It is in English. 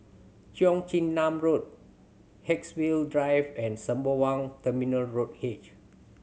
Cheong Chin Nam Road Haigsville Drive and Sembawang Terminal Road H